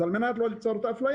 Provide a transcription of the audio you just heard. אז על מנת לא ליצור את האפליה,